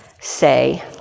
say